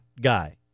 guy